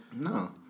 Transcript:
No